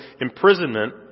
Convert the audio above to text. imprisonment